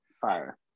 fire